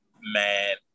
Man